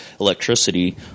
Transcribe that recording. electricity